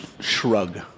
shrug